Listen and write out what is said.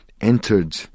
entered